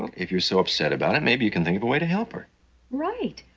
and if you're so upset about it, maybe you can think of a way to help her right.